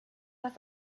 das